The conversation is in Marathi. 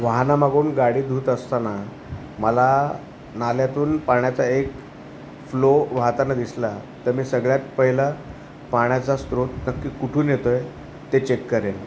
वाहनामागून गाडी धुत असताना मला नाल्यातून पाण्याचा एक फ्लो वाहताना दिसला तर मी सगळ्यात पहिला पाण्याचा स्त्रोत नक्की कुठून येतोय ते चेक करेन